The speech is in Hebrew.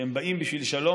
שהם באים בשביל שלום.